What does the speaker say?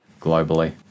globally